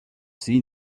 seen